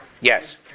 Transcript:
Yes